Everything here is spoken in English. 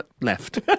Left